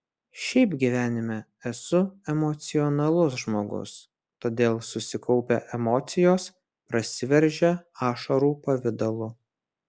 šiaip gyvenime esu emocionalus žmogus todėl susikaupę emocijos prasiveržia ašarų pavidalu